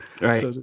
right